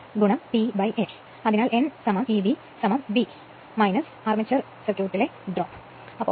അതിനാൽ n Eb യഥാർത്ഥത്തിൽ V armature സർക്യൂട്ടിൽ ഡ്രോപ്പ്